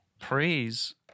Praise